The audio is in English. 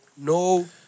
No